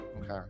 Okay